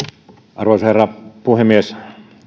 arvoisa herra puhemies